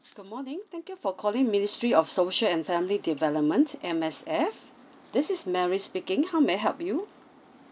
good morning thank you for calling ministry of social and family development M_S_F this is mary speaking how may I help you